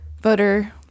voter